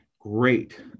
great